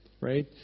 right